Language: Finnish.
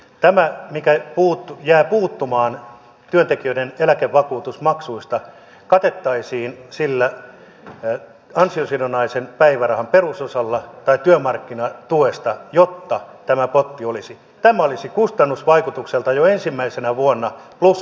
tämä mikä jää puuttumaan työntekijöiden eläkevakuutusmaksuista katettaisiin ansiosidonnaisen päivärahan perusosalla tai työmarkkinatuesta jotta tämä potti olisi kustannusvaikutukseltaan jo ensimmäisenä vuonna plus miinus nolla